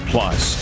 Plus